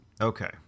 Okay